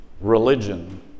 religion